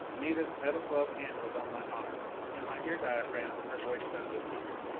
anita's metal-gloved hand was on my arm in my ear-diaphragm her voice sounded eager